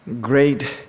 great